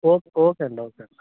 ఓ okay అండి